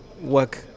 work